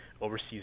overseas